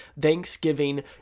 Thanksgiving